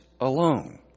alone